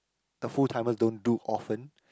the full timers don't do often